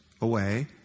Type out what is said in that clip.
away